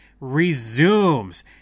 resumes